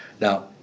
Now